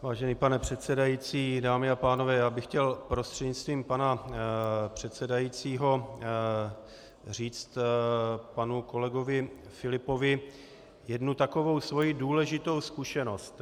Vážený pane předsedající, dámy a pánové, já bych chtěl prostřednictvím pana předsedajícího říct panu kolegovi Filipovi jednu takovou svou důležitou zkušenost.